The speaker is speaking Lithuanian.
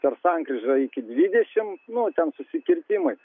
per sankryžą iki dvidešimt no ten susikirtimai